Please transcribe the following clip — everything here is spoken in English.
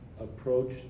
approach